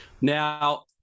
Now